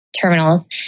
terminals